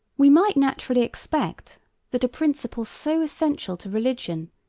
we might naturally expect that a principle so essential to religion,